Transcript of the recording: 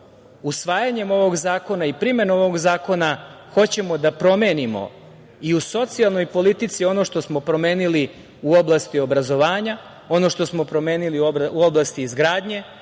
usvajanjem ovog zakona i primenom ovog zakona hoćemo da promenimo i u socijalnoj politici ono što smo promenili u oblasti obrazovanja, ono što smo promenili u oblasti izgradnje,